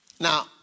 Now